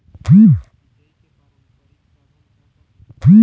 सिचाई के पारंपरिक साधन का का हे?